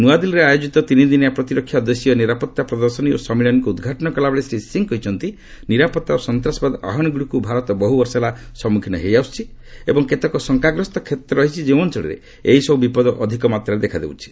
ନ୍ନଆଦିଲ୍ଲୀରେ ଆୟୋକିତ ତିନିଦିନିଆ ପ୍ରତିରକ୍ଷା ଓ ଦେଶୀୟ ନିରାପତ୍ତା ପ୍ରଦର୍ଶନୀ ଓ ସମ୍ମିଳନୀକୁ ଉଦ୍ଘାଟନ କଲାବେଳେ ଶ୍ରୀ ସିଂହ କହିଛନ୍ତି ନିରାପତ୍ତା ଓ ସନ୍ତାସବାଦ ଆହ୍ୱାନଗୁଡ଼ିକୁ ଭାରତ ବହୁବର୍ଷ ହେଲା ସମ୍ମୁଖୀନ ହୋଇ ଆସୁଛି ଏବଂ କେତେକ ଶଙ୍କାଗ୍ରସ୍ତ କ୍ଷେତ୍ର ରହିଛି ଯେଉଁ ଅଞ୍ଚଳରେ ଏହିସବୁ ବିପଦ ଅଧିକ ମାତ୍ରାରେ ଦେଖା ଦେଉଛି